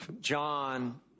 John